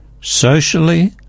socially